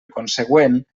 consegüent